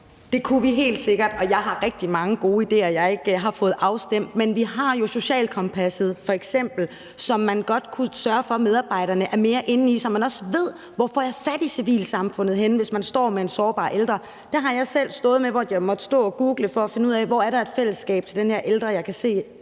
Det kunne vi helt sikkert, og jeg har rigtig mange gode idéer, som jeg ikke har fået afsendt. Men vi har jo f.eks. Socialkompasset, som man godt kunne sørge for at medarbejderne er mere inde i, så man også ved, hvor man får fat i civilsamfundet, hvis man står med en sårbar ældre. Det har jeg selv stået med, hvor jeg måtte google det for at finde ud af, hvor der var et fællesskab til den her ældre, som jeg kunne se